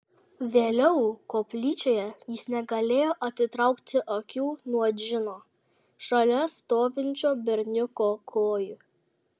vėliau koplyčioje jis negalėjo atitraukti akių nuo džino šalia stovinčio berniuko kojų